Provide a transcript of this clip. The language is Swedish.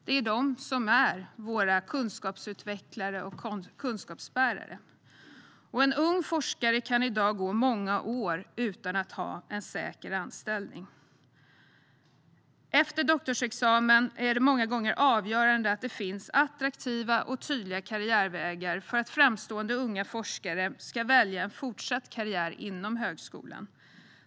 Det är de som är våra kunskapsutvecklare och kunskapsbärare. En ung forskare kan i dag gå många år utan att ha en säker anställning. Efter doktorsexamen är det många gånger avgörande att det finns attraktiva och tydliga karriärvägar för att framstående unga forskare ska välja en fortsatt karriär inom högskolan.